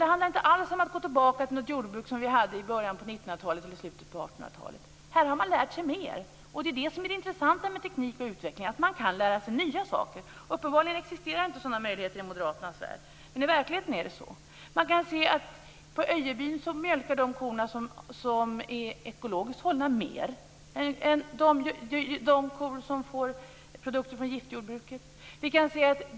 Det handlar inte alls om att gå tillbaka till det jordbruk som vi hade i början av 1900-talet eller slutet av 1800-talet. Här har man lärt sig mer. Det är det som är det intressanta med teknik och utveckling; man kan lära sig nya saker. Uppenbarligen existerar inte sådana möjligheter i moderaternas värld, men i verkligheten är det så.